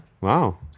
wow